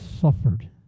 suffered